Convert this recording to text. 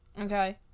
Okay